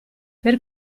per